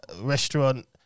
restaurant